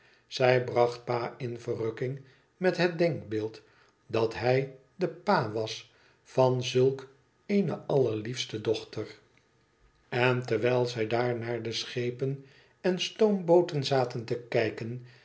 zij bracht pa in verrukking met het denkbeeld dat hij de pa was van zulk eene allerliefste dochter en terwijl zij daar naar de schepen en stoombooten zaten te kijken